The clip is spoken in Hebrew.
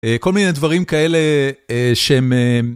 כל מיני דברים כאלה שהם...